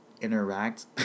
interact